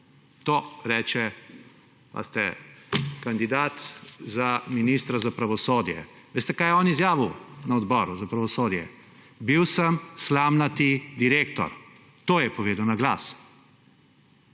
To reče, pazite, kandidat za ministra za pravosodje. Veste, kaj je on izjavil na Odboru za pravosodje? Bil sem slamnati direktor. To je povedal, na glas.